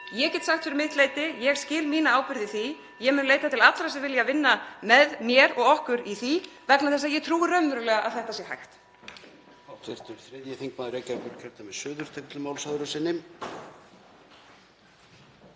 Ég get sagt fyrir mitt leyti: Ég skil mína ábyrgð í því. Ég mun leita til allra sem vilja vinna með mér og okkur í því vegna þess að ég trúi því raunverulega að þetta sé hægt.